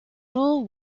rule